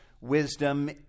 wisdom